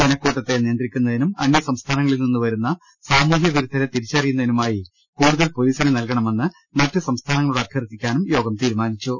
ജനകൂട്ടത്തെ നിയന്ത്രിക്കുന്നതിനും അനൃസംസ്ഥാനങ്ങളിൽ നിന്ന് വരുന്ന സാമൂഹൃ പിരുദ്ധരെ തിരിച്ചറിയുന്നതിനുമായി കൂടുതൽ പൊലീസിനെ നൽകണമെന്ന് മറ്റ് സംസ്ഥാനങ്ങളോട് അഭ്യർത്ഥി ക്കാനും യോഗം തീരുമാനിച്ചു